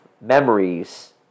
memories